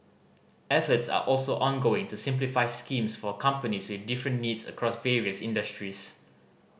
efforts are also ongoing to simplify schemes for companies with different needs across various industries